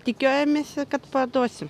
tikėjomės kad parduosime